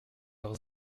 leurs